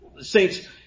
Saints